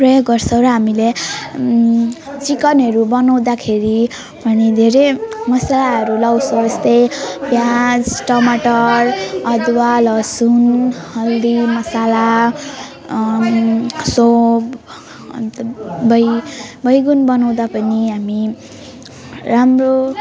प्रयोग गर्छौँ र हामीले चिकनहरू बनाउँदाखेरि भने धेरै मसलाहरू लगाउँछु यस्तै प्याज टमाटर अदुवा लहसुन हल्दी मसाला सौप अन्त बै बैगुन बनाउँदा पनि हामी राम्रो